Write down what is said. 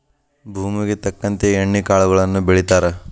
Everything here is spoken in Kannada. ಭೂಮುಗೆ ತಕ್ಕಂತೆ ಎಣ್ಣಿ ಕಾಳುಗಳನ್ನಾ ಬೆಳಿತಾರ